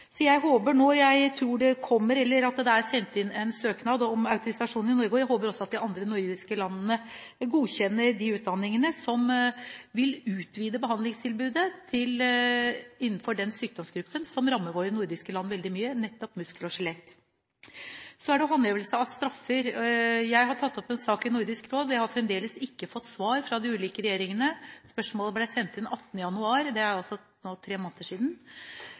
Jeg tror det er sendt inn en søknad om autorisasjon i Norge, og jeg håper også at de andre nordiske landene godkjenner de utdanningene, som vil utvide behandlingstilbudet innenfor den sykdomsgruppen mange rammes av i våre nordiske land, nettopp muskel- og skjelettsykdommer. Så er det håndhevelse av straffer. Jeg har tatt opp en sak i Nordisk råd, men jeg har fremdeles ikke fått svar fra de ulike regjeringene. Spørsmålet ble sendt inn 18. januar, det er tre måneder siden,